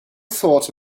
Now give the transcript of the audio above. thought